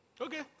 Okay